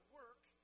work